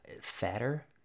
fatter